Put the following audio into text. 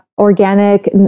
organic